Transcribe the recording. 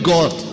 God